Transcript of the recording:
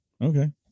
Okay